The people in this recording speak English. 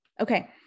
okay